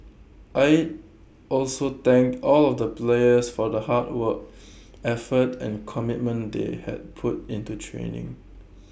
aide also thanked all of the players for the hard work effort and commitment they had put into training